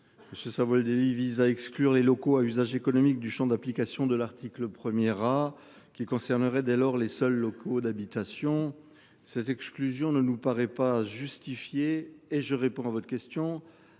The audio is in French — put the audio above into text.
Je Savoldelli vise à exclure les locaux à usage économique du Champ d'application de l'article premier. Qui concernerait dès lors les seuls locaux d'habitation. Cette exclusion ne nous paraît pas justifié et je réponds à votre question